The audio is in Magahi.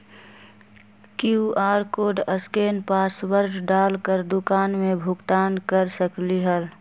कियु.आर कोड स्केन पासवर्ड डाल कर दुकान में भुगतान कर सकलीहल?